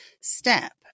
step